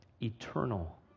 eternal